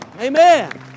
Amen